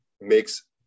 makes